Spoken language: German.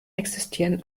existieren